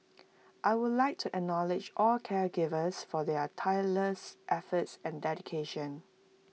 I would like to acknowledge all caregivers for their tireless efforts and dedication